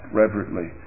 reverently